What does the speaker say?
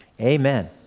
amen